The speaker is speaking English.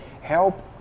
help